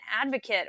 advocate